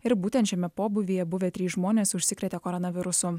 ir būtent šiame pobūvyje buvę trys žmonės užsikrėtė koronavirusu